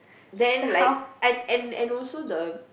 then like and and and also the